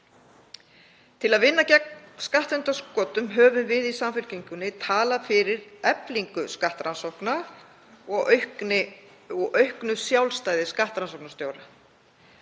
Til að vinna gegn skattundanskotum höfum við í Samfylkingunni talað fyrir eflingu skattrannsókna og auknu sjálfstæði skattrannsóknarstjóra.